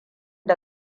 da